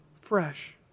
fresh